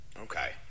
okay